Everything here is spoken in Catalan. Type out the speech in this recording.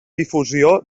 difusió